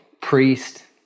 priest